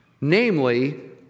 namely